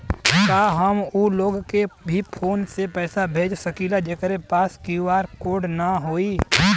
का हम ऊ लोग के भी फोन से पैसा भेज सकीला जेकरे पास क्यू.आर कोड न होई?